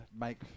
Make